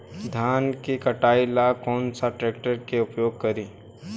धान के कटाई ला कौन सा ट्रैक्टर के उपयोग करी?